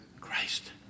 Christ